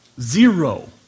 Zero